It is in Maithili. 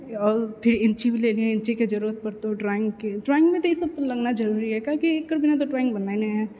आओर फिर इंची भी ले लिहे इंचीके जरूरत पड़तौ ड्रॉइङ्गके ड्रॉइङ्गमे तऽ ई सब लगने जरूरी अछि काहेकि एकर बिना तऽ ड्रॉइङ्ग बननाइ नहि है